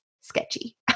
sketchy